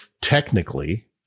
technically